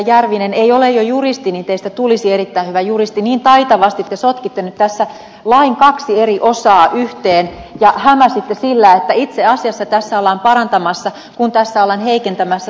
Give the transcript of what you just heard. järvinen ei ole jo juristi niin teistä tulisi erittäin hyvä juristi niin taitavasti te sotkitte nyt tässä lain kaksi eri osaa yhteen ja hämäsitte siten että itse asiassa tässä ollaan parantamassa kun tässä ollaan heikentämässä